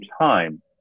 time